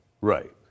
Right